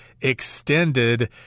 extended